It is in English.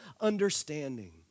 understanding